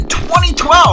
2012